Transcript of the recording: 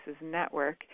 Network